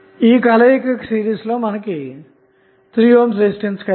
వీటికి సిరీస్ లో 3 ohm resistance కలిగి ఉంది